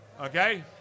Okay